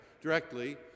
directly